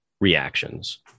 reactions